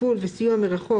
טיפול וסיוע מרחוק,